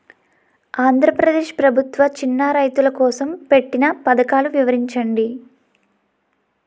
ఆంధ్రప్రదేశ్ ప్రభుత్వ చిన్నా రైతుల కోసం పెట్టిన పథకాలు వివరించండి?